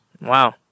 wow